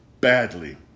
Badly